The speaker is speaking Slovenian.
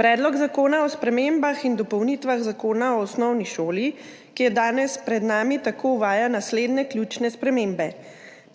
Predlog zakona o spremembah in dopolnitvah Zakona o osnovni šoli, ki je danes pred nami, tako uvaja naslednje ključne spremembe.